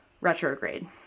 retrograde